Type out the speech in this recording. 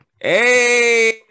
Hey